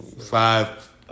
Five